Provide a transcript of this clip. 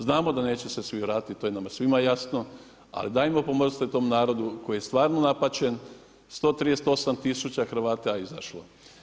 Znamo da neće se svi vratit, to je nama svima jasno, ali dajmo pomognimo, tom narodu, koji je stvarno napaćen, 138 tisuća Hrvata je izašlo.